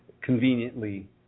conveniently